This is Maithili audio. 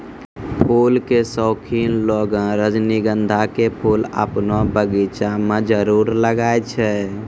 फूल के शौकिन लोगॅ रजनीगंधा के फूल आपनो बगिया मॅ जरूर लगाय छै